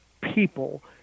people